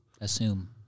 assume